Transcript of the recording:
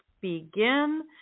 begin